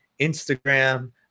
Instagram